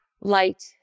light